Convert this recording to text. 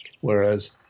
whereas